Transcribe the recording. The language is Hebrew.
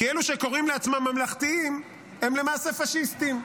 כי אלו שקוראים לעצמם ממלכתיים הם למעשה פשיסטים,